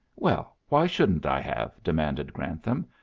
well, why shouldn't i have? demanded grantham.